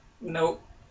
Nope